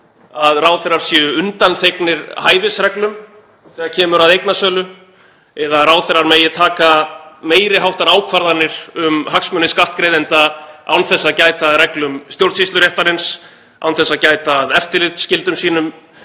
að ráðherrar séu undanþegnir hæfisreglum þegar kemur að eignasölu eða að ráðherrar megi taka meiri háttar ákvarðanir um hagsmuni skattgreiðenda án þess að gæta að reglum stjórnsýsluréttarins, án þess að gæta að eftirlitsskyldum sínum